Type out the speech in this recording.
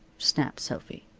snapped sophy.